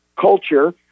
culture